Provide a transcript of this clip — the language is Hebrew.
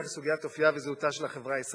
היא סוגיית אופיה וזהותה של החברה הישראלית.